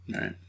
Right